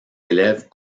élèves